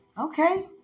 Okay